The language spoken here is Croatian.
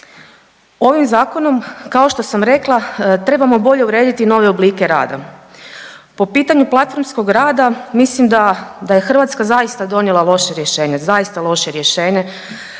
Ovim zakonom kao što sam rekla trebamo bolje urediti nove oblike rada. Po pitanju platformskog rada mislim da, da je Hrvatska zaista donijela loše rješenje, zaista loše rješenje